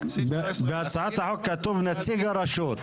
כן, סעיף 19 --- בהצעת החוק כתוב "נציג הרשות".